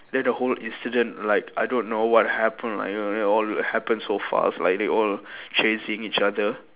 then the whole incident like I don't know what happened like you know all all happened so fast like they all chasing each other